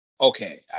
okay